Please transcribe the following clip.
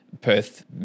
Perth